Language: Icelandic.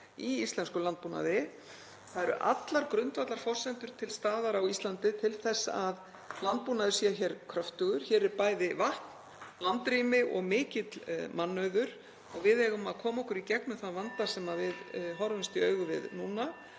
í íslenskum landbúnaði. Það eru allar grundvallarforsendur til staðar á Íslandi til þess að landbúnaður sé hér kröftugur. Hér er bæði vatn, landrými og mikill mannauður og við eigum að koma okkur í gegnum þann vanda sem við horfumst í augu við núna